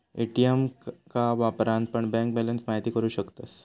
ATM का वापरान पण बँक बॅलंस महिती करू शकतास